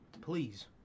Please